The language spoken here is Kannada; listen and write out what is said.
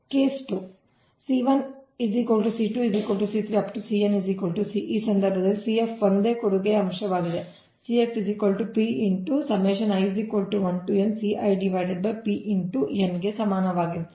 ಹಾಗೆಯೇ ಪ್ರಕರಣ 2 ಈ ಸಂದರ್ಭದಲ್ಲಿ CF ಒಂದೇ ಕೊಡುಗೆ ಅಂಶವಾಗಿದೆ ಗೆ ಸಮಾನವಾಗಿರುತ್ತದೆ